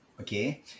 okay